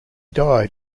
died